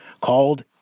called